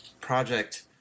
project